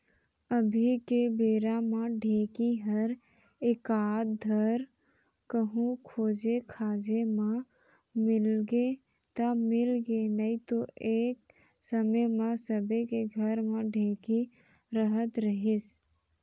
अभी के बेरा म ढेंकी हर एकाध धर कहूँ खोजे खाजे म मिलगे त मिलगे नइतो एक समे म सबे के घर म ढेंकी रहत रहिस